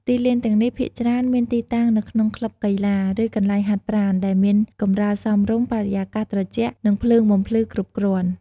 ទីលានទាំងនេះភាគច្រើនមានទីតាំងនៅក្នុងក្លឹបកីឡា ឬកន្លែងហាត់ប្រាណ ដែលមានកម្រាលសមរម្យ បរិយាកាសត្រជាក់ និងភ្លើងបំភ្លឺគ្រប់គ្រាន់។